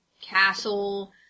castle